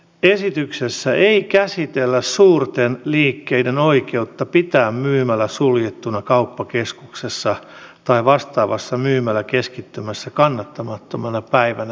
esityksessä ei käsitellä suurten liikkeiden oikeutta pitää myymälä suljettuna kauppakeskuksessa tai vastaavassa myymäläkeskittymässä kannattamattomana päivänä